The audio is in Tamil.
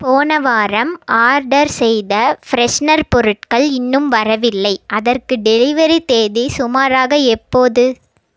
போன வாரம் ஆர்டர் செய்த ஃப்ரெஷ்னர் பொருட்கள் இன்னும் வரவில்லை அதற்கு டெலிவரி தேதி சுமாராக எப்போது